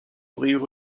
auraient